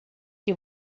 que